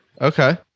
Okay